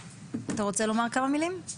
אתה רוצה לומר כמה מילים?